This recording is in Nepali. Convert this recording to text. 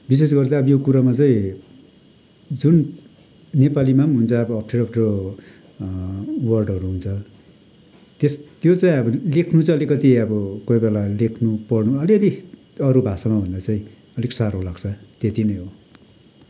विशेष गरी त अब यो कुरोमा चाहिँ जुन नेपालीमा पनि हुन्छ अब अप्ठेरो अप्ठेरो वर्डहरू हुन्छ त्यस त्यो चाहिँ अब लेख्नु चाहिँ अलिकति अब कोही बेला लेख्नु पढ्नु अलिअलि अरू भाषामाभन्दा चाहिँ अलिक साह्रो लाग्छ त्यत्ति नै हो